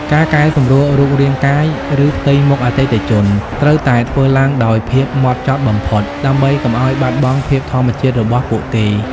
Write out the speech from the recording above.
ការកែសម្រួលរូបរាងកាយ ឬផ្ទៃមុខអតិថិជន ត្រូវតែធ្វើឡើងដោយភាពម៉ត់ចត់បំផុត ដើម្បីកុំឱ្យបាត់បង់ភាពធម្មជាតិរបស់ពួកគេ។